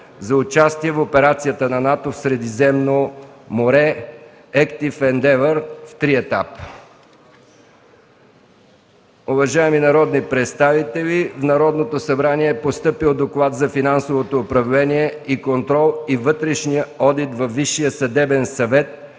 за участие в операцията на НАТО в Средиземно море „Ектив индевър” в три етапа. Уважаеми народни представители, в Народното събрание е постъпил Доклад за финансовото управление и контрол и вътрешния одит във Висшия съдебен съвет